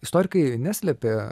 istorikai neslėpė